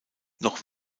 noch